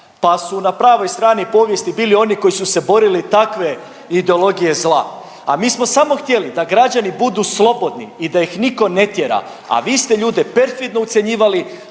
pa su na pravoj strani povijesti bili oni koji su se borili takve ideologije zla. A mi smo samo htjeli da građani budu slobodni i da ih nitko ne tjera, a vi ste ljude perfidno ucjenjivali,